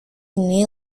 ini